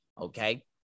okay